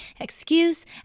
Excuse